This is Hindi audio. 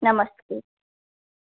नमस्ते